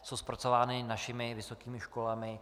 Jsou zpracovány našimi vysokými školami.